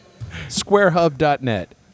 Squarehub.net